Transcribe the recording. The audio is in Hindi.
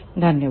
धन्यवाद